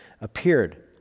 appeared